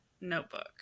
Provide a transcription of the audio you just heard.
notebook